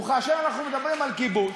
וכאשר אנחנו מדברים על כיבוש,